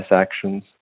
actions